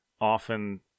often